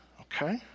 okay